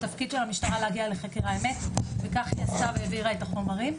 שהתפקיד של המשטרה להגיע לחקר האמת וכך היא עשתה והעבירה את החומרים,